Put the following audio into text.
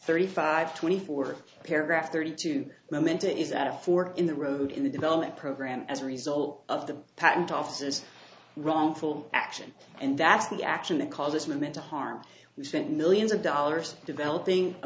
thirty five twenty four paragraph thirty two momenta is at a fork in the road in the development program as a result of the patent offices wrongful action and that's the action that cause this movement to harm we spent millions of dollars developing a